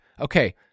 okay